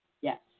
Yes